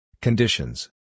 Conditions